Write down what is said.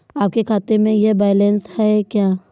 आपके खाते में यह बैलेंस है क्या?